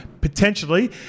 potentially